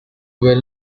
well